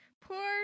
poor